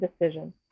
decision